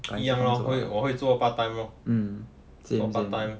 一样 lor 我会做 part time lor part time